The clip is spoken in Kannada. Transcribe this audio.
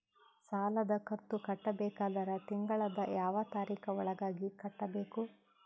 ಸಾಲದ ಕಂತು ಕಟ್ಟಬೇಕಾದರ ತಿಂಗಳದ ಯಾವ ತಾರೀಖ ಒಳಗಾಗಿ ಕಟ್ಟಬೇಕು?